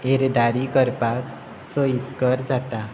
येरादारी करपाक सोयीस्कर जाता